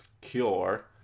Cure